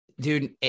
dude